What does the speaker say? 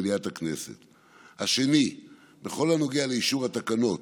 האחד, בכל הנוגע להכרזה